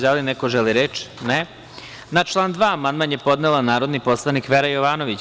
Da li neko želi reč? (Ne) Na član 2. amandman je podnela narodni poslanik Vera Jovanović.